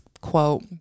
quote